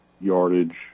yardage